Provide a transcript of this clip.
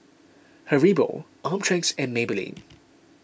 Haribo Optrex and Maybelline